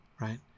right